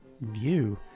view